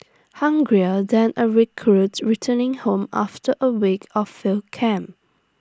hungrier than A recruit returning home after A week of field camp